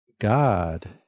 God